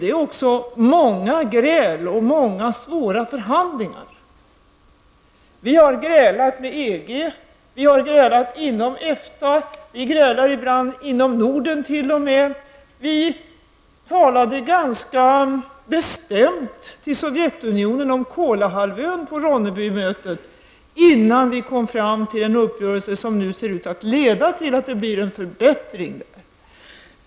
Det är också många gräl och många svåra förhandlingar. Vi har grälat med EG. Vi har grälat inom EFTA. Vi grälar t.o.m. ibland inom Norden. Vi talade ganska bestämt till Sovjetunionen om Kola-halvön på Ronnebymötet, innan vi kom fram till den uppgörelse som nu ser ut att leda till att det blir en förbättring.